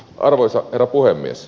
arvoisa herra puhemies